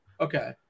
Okay